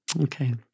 Okay